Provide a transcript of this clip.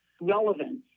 relevance